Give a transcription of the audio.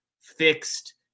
fixed